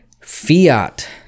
fiat